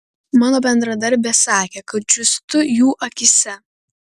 mano bendradarbės sakė kad džiūstu jų akyse